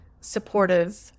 supportive